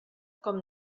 com